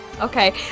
Okay